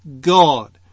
God